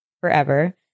forever